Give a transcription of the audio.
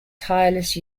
tireless